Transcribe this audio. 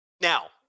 Now